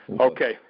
Okay